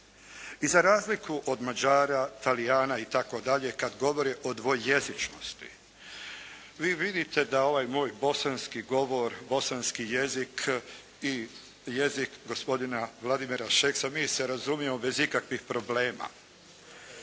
I za razliku od Mađara, Talijana i tako dalje kad govorim o dvojezičnosti vi vidite da ovaj moj bosanski govor, bosanski jezik i jezik gospodina Vladimira Šeksa mi se razumijemo bez ikakvih problema.